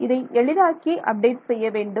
இதை எளிதாக்கி அப்டேட் செய்ய வேண்டும்